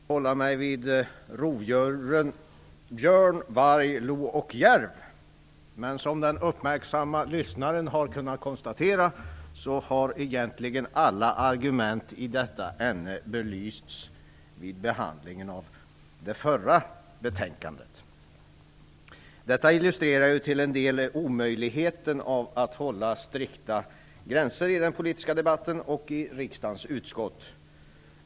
Herr talman! Jag hade tänkt att uppehålla mig vid rovdjuren björn, varg, lo och järv. Men som den uppmärksamma lyssnaren har kunnat konstatera har egentligen alla argument i detta ämne belysts vid behandlingen av det föregående betänkandet. Detta illustrerar till en del omöjligheten i att hålla strikta gränser i den politiska debatten och i riksdagens utskott.